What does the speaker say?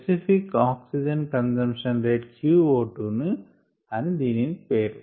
specific oxygen consumption rate qO2అని దీని పేరు